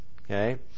Okay